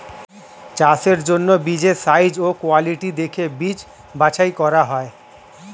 চাষের জন্য বীজের সাইজ ও কোয়ালিটি দেখে বীজ বাছাই করা হয়